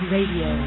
Radio